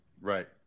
right